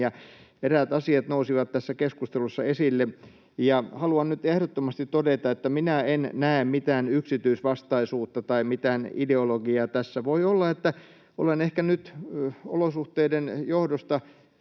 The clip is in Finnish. Eräät asiat nousivat tässä keskustelussa esille. Haluan nyt ehdottomasti todeta, että minä en näe mitään yksityisvastaisuutta tai mitään ideologiaa tässä. Voi olla, että olen ehkä nyt olosuhteiden johdosta